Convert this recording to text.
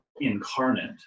incarnate